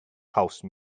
house